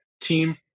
team